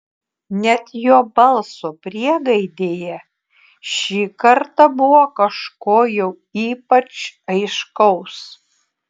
net jo balso priegaidėje šį kartą buvo kažko jau ypač aiškaus